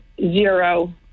zero